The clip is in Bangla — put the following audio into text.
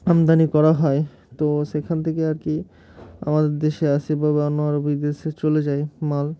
আমদানি করা হয় তো সেখান থেকে আর কি আমাদের দেশে আসেভাবে অন্য আরও বিদেশে চলে যায় মাল